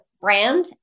brand